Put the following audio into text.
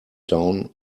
down